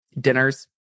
Dinners